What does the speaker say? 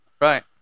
right